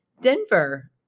Denver